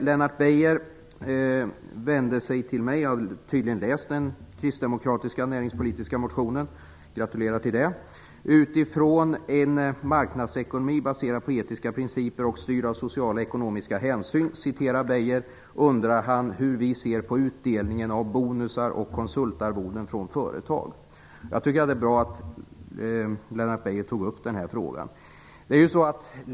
Lennart Beijer vände sig till mig. Han har tydligen läst den kristdemokratiska näringspolitiska motionen. Jag gratulerar till det. Utifrån en marknadsekonomi baserad på etiska principer och styrda av sociala och ekonomiska hänsyn, citerar Beijer och undrar hur vi ser på utdelning av bonus och konsultarvoden från företag. Jag tycker att det är bra att Lennart Beijer tog upp denna fråga.